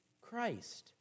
Christ